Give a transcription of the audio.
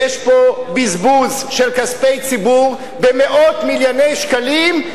יש פה בזבוז של כספי ציבור במאות מיליוני שקלים,